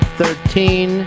thirteen